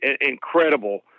incredible